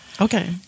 Okay